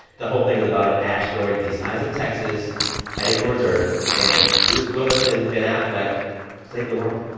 the whole thing is about an asteroid the size of texas heading towards earth. and bruce willis and ben affleck save the world.